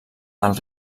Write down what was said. del